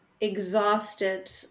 exhausted